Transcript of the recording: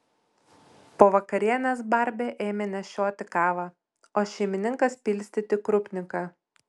po vakarienės barbė ėmė nešioti kavą o šeimininkas pilstyti krupniką